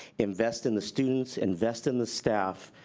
invest in the students, invest in the staff,